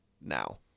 now